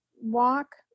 walk